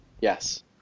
Yes